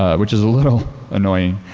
ah which is a little annoying.